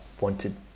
wanted